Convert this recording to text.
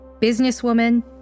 businesswoman